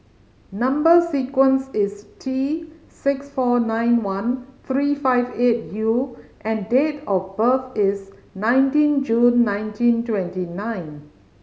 number sequence is T six four nine one three five eight U and date of birth is nineteen June nineteen twenty nine